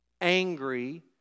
angry